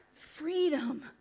freedom